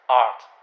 art